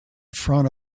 front